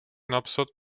napsat